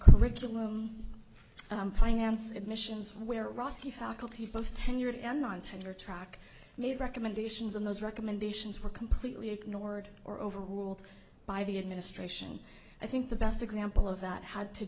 curriculum finance admissions where roski faculty both tenured and non tenure track made recommendations and those recommendations were completely ignored or overruled by the administration i think the best example of that had to